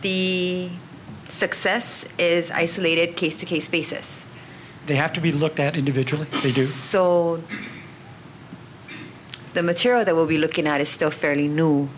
the success is isolated case to case basis they have to be looked at individually they distill the material they will be looking at is still fairly new